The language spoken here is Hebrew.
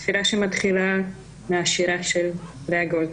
תפילה שמתחילה מהשירה של לאה גולדברג.